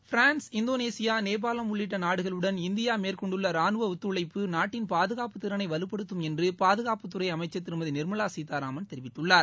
France Indonesia நேபாளம் உள்ளிட்ட நாடுகளுடன் இந்தியா மேற்கொண்டுள்ள ராணுவ ஒத்துழைப்பு நாட்டின் பாதுகாப்பு திறனை வலுப்படுத்தும் என்று பாதுகாப்புத் துறை அமைச்சர் திருமதி நிர்மலா சீத்தாராமன் தெரிவித்துள்ளார்